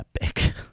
epic